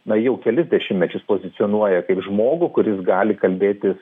na jau kelis dešimtmečius pozicionuoja kaip žmogų kuris gali kalbėtis